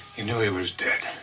you knew he was dead.